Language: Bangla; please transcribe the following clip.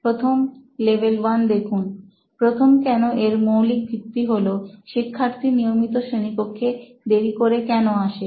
প্রথমে লেভেল 1 দেখুন প্রথম কেন এর মৌলিক ভিত্তি হলো শিক্ষার্থী নিয়মিত শ্রেণীকক্ষে দেরি করে কেন আসে